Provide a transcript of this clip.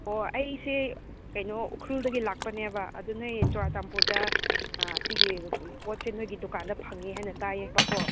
ꯑꯣ ꯑꯩꯁꯦ ꯀꯩꯅꯣ ꯎꯈ꯭ꯔꯨꯜꯗꯒꯤ ꯂꯥꯛꯄꯅꯦꯕ ꯑꯗꯨ ꯅꯣꯏ ꯆꯨꯔꯆꯥꯟꯄꯨꯔꯗ ꯑꯥ ꯁꯤꯒꯤ ꯄꯣꯠꯁꯦ ꯅꯣꯏꯒꯤ ꯗꯨꯀꯥꯟꯗ ꯐꯪꯏ ꯍꯥꯏꯅ ꯇꯥꯏꯌꯦꯕꯀꯣ